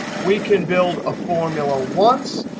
we can build a formula once.